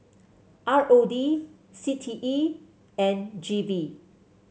R O D C T E and G V